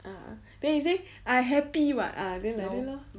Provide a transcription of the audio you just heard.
ah then he say I happy [what] ah then like that lor